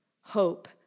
Hope